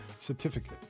certificate